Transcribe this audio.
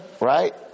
right